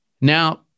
now